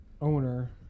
owner